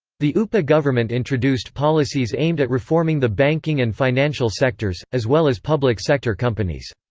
the upa government introduced policies aimed at reforming the banking and financial sectors, as well as public sector companies.